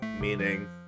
meaning